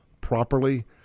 properly